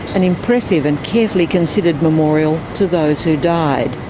an impressive and carefully considered memorial to those who died.